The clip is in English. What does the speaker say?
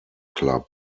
club